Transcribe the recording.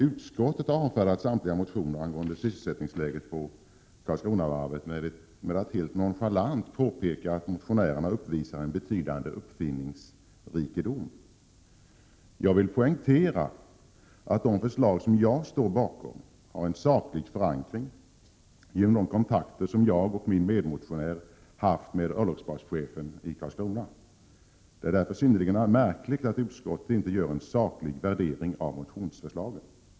Utskottet har avfärdat samtliga motioner angående sysselsättningsläget på Karlskronavarvet med att helt nonchalant påpeka att motionärerna uppvisar en betydande uppfinningsrikedom. Jag vill poängtera att de förslag som jag står bakom har en saklig förankring genom de kontakter som jag och min medmotionär har haft med örlogsbaschefen i Karlskrona. Det är därför synnerligen märkligt att utskottet inte gör en saklig värdering av motionsförslagen.